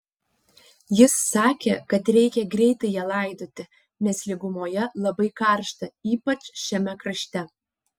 jis sakė kad reikia greitai ją laidoti nes lygumoje labai karšta ypač šiame krašte